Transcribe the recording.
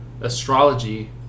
astrology